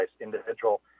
individual